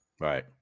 Right